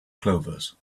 clovers